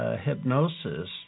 hypnosis